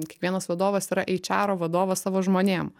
kiekvienas vadovas yra eičero vadovas savo žmonėm